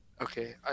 Okay